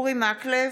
מקלב,